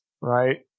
Right